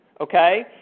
okay